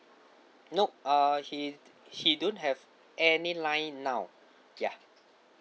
nope err he he don't have any line now ya